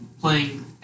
playing